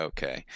Okay